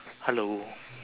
hello